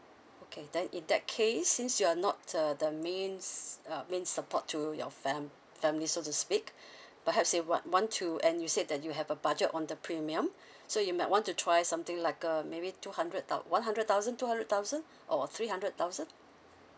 okay then in that case since you're not the the mains uh main support to your fam~ family so to speak perhaps you want want to and you said that you have a budget on the premium so you might want to try something like uh maybe two hundred thou~ one hundred thousand two hundred thousand or three hundred thousand